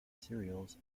cereals